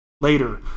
Later